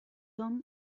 tom